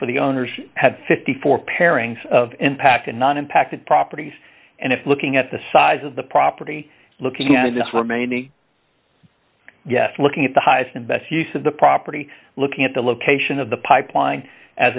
for the owners had fifty four dollars pairings of impact and non impact properties and if looking at the size of the property looking at this remaining yes looking at the highest and best use of the property looking at the location of the pipeline as